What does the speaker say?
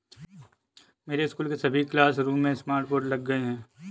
मेरे स्कूल के सभी क्लासरूम में स्मार्ट बोर्ड लग गए हैं